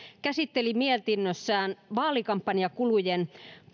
käsitteli mietinnössään vaalikampanjakulujen